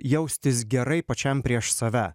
jaustis gerai pačiam prieš save